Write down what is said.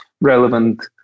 relevant